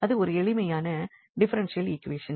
அது ஒரு எளிமையான டிஃபரென்ஷியல் ஈகுவேஷன்